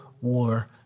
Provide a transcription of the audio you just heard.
war